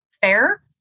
fair